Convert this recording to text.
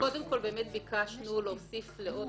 קודם כול ביקשנו להוסיף לעוד